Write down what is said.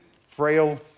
frail